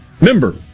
Member